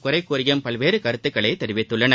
குறை கூறியும் பல்வேறு கருத்துக்களைத் தெரிவித்துள்ளன